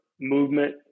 movement